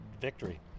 victory